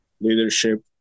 leadership